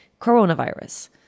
coronavirus